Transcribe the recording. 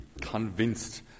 convinced